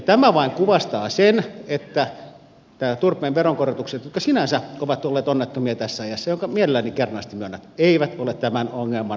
tämä vain kuvastaa sen että nämä turpeen veronkorotukset jotka sinänsä ovat olleet onnettomia tässä ajassa minkä mielelläni kernaasti myönnän eivät ole tämän ongelman perimmäinen syy